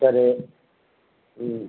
சரி ஆமாம்